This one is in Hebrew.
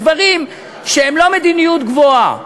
בדברים שהם לא מדיניות גבוהה,